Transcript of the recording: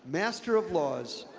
master of laws,